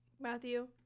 Matthew